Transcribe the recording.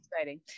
exciting